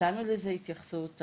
נתנו לזה התייחסות.